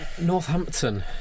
Northampton